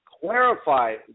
clarify